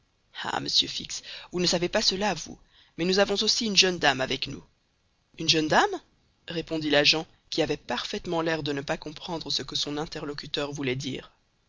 ah monsieur fix vous ne savez pas cela vous mais nous avons aussi une jeune dame avec nous une jeune dame répondit l'agent qui avait parfaitement l'air de ne pas comprendre ce que son interlocuteur voulait dire